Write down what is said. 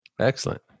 Excellent